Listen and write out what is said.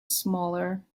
smaller